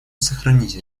сохранить